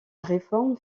réforme